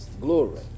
Glory